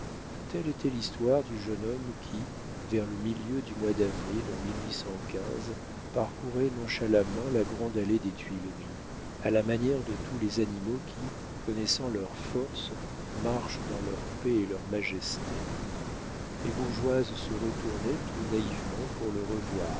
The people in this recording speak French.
telle était l'histoire du jeune homme qui vers le milieu du mois d'avril en parcourait nonchalamment la grande allée des tuileries à la manière de tous les animaux qui connaissant leurs forces marchent dans leur paix et leur majesté les bourgeoises se retournaient tout naïvement pour le revoir